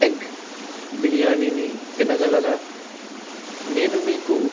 egg బిర్యానీని తినగలరా నేను మీకు